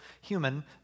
human